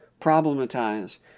problematize